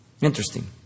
Interesting